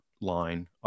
line